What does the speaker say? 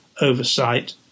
oversight